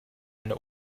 eine